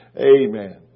amen